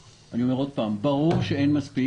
אני אומר עוד פעם: ברור שאין מספיק.